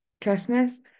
Christmas